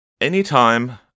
Anytime